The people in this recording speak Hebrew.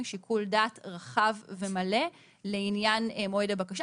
שיקול דעת רחב ומלא לעניין מועד הבקשה.